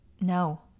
No